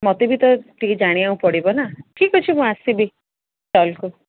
ମୋତେ ବି ତ ଟିକେ ଜାଣିବାକୁ ପଡ଼ିବ ନା ଠିକ୍ ଅଛି ମୁଁ ଆସିବି ଷ୍ଟଲ୍କୁ